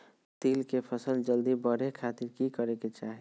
तिल के फसल जल्दी बड़े खातिर की करे के चाही?